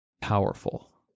powerful